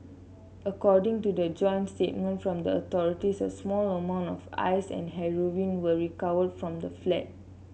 according to the joint statement from the authorities a small amount of Ice and heroin were recovered from the flat